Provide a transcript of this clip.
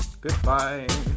goodbye